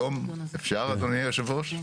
אפשר אדוני יושב הראש?